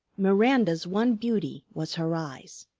miranda's one beauty was her eyes.